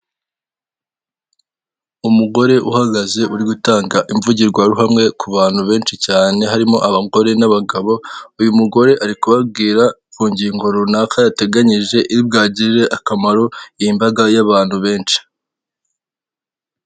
Umugore uhagaze uri gutanga imvugirwaruhame ku bantu benshi cyane harimo abagore n'abagabo, uyu mugore ari kubabwira ku ngingo runaka yateganyije iri bwagirira akamaro iyi mbaga y'abantu benshi.